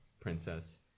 princess